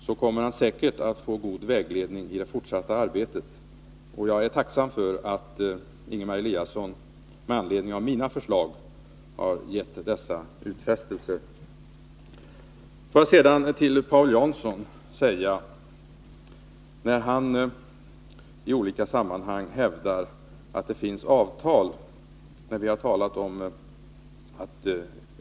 Då kommer han säkerligen att få god vägledning i det fortsatta arbetet. Jag är tacksam för att Ingemar Eliasson med anledning av mina förslag har givit denna utfästelse. Jag vill sedan vända mig till Paul Jansson. När vi talar om att öka möjligheterna till provanställning hänvisar han till att det finns avtal i olika sammanhang.